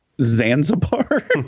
Zanzibar